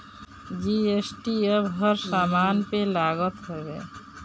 GST अब हर समान पे लागत हवे